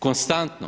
Konstantno.